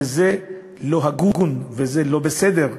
וזה לא הגון וזה לא בסדר.